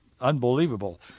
unbelievable